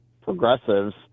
progressives